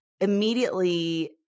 immediately